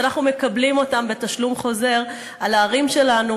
שאנחנו מקבלים אותם בתשלום חוזר על הערים שלנו,